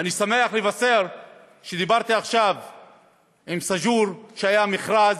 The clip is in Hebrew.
ואני שמח לבשר שדיברתי עכשיו עם סאג'ור שהיה בה מכרז,